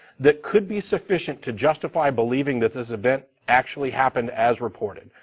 that could be sufficient to justify believing that this event, actually happened, as reported.